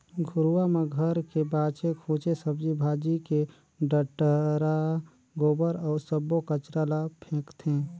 घुरूवा म घर के बाचे खुचे सब्जी भाजी के डठरा, गोबर अउ सब्बो कचरा ल फेकथें